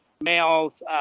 males